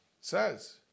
says